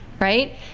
right